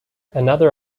another